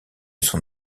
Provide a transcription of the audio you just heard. son